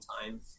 time